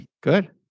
Good